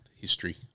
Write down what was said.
History